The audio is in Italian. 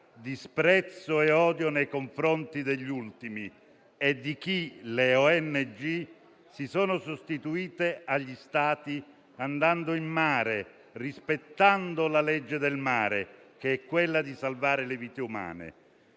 disprezzo e odio nei confronti degli ultimi e di chi, le ONG, si sono sostituite agli Stati, andando in mare e rispettando la legge del mare: salvare le vite umane.